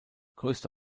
größte